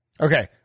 Okay